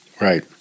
Right